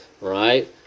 right